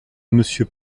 monsieur